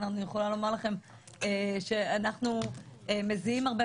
אני יכולה לומר לכם שאנחנו מזיעים הרבה